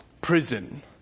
Prison